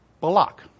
Balak